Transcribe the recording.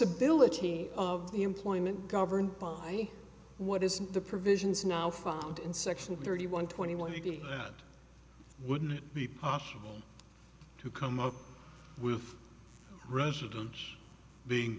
ability of the employment governed by what is the provisions now found in section thirty one twenty one he gave that wouldn't be possible to come up with residents being